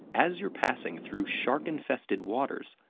as you're passing through shark-infested waters,